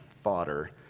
Fodder